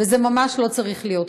וזה ממש לא צריך להיות כך.